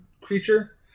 creature